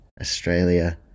Australia